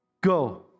go